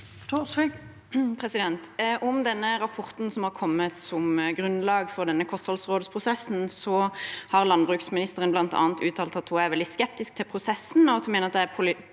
Om den- ne rapporten som har kommet som grunnlag for denne kostholdsrådprosessen, har landbruksministeren bl.a. uttalt at hun er veldig skeptisk til prosessen, og at hun mener det polariserer